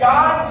God